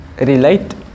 relate